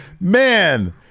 man